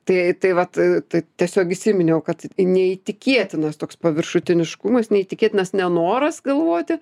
tai tai vat tai tiesiog įsiminiau kad neįtikėtinas toks paviršutiniškumas neįtikėtinas nenoras galvoti